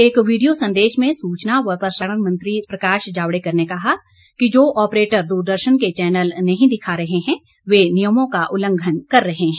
एक वीडियो संदेश में सूचना व प्रसारण मंत्री प्रकाश जावड़ेकर ने कहा कि जो ऑपरेटर द्रदर्शन के चैनल नहीं दिखा रहे हैं वे नियमों का उल्लंघन कर रहे हैं